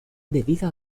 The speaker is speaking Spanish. debido